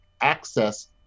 access